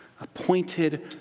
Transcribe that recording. Appointed